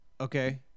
okay